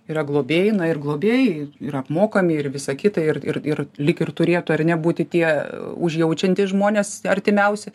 yra globėjai na ir globėjai ir apmokomi ir visa kita ir ir ir lyg ir turėtų ar ne būti tie užjaučiantys žmonės artimiausi